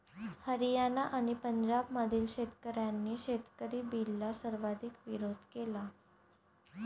हरियाणा आणि पंजाबमधील शेतकऱ्यांनी शेतकरी बिलला सर्वाधिक विरोध केला